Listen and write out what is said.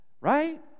Right